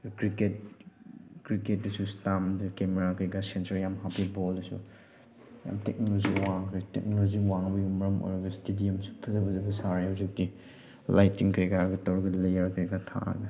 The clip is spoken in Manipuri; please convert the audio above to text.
ꯑꯗꯩ ꯀ꯭ꯔꯤꯀꯦꯠ ꯀ꯭ꯔꯤꯀꯦꯠꯇꯁꯨ ꯏꯁꯇꯥꯝꯗ ꯀꯦꯃꯦꯔꯥ ꯀꯩꯀꯥ ꯁꯦꯟꯁꯔ ꯌꯥꯝ ꯍꯥꯞꯄꯦ ꯕꯣꯜꯗꯁꯨ ꯌꯥꯝ ꯇꯦꯛꯅꯣꯂꯣꯖꯤ ꯋꯥꯡꯈ꯭ꯔꯦ ꯇꯦꯛꯅꯣꯂꯣꯖꯤ ꯋꯥꯡꯕꯁꯤꯅ ꯃꯔꯝ ꯑꯣꯏꯔꯒ ꯏꯁꯇꯦꯗꯤꯌꯥꯝꯁꯨ ꯐꯖ ꯐꯖꯕ ꯁꯥꯔꯦ ꯍꯧꯖꯤꯛꯇꯤ ꯂꯥꯏꯠꯇꯤꯡ ꯀꯩꯀꯥꯒ ꯇꯧꯔꯒ ꯂꯩꯌꯥꯔ ꯀꯔꯤ ꯀꯔꯥ ꯊꯥꯔꯒ